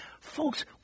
folks